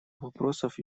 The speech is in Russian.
вопросов